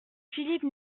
philippe